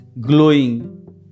glowing